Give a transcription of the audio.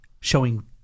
Showing